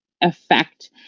effect